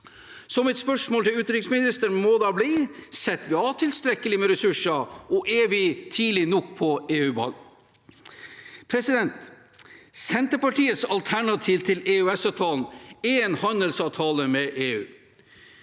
Mitt spørsmål til utenriksministeren må da bli: Setter vi av tilstrekkelig med ressurser, og er vi tidlig nok på EU-ballen? Senterpartiets alternativ til EØS-avtalen er en handelsavtale med EU.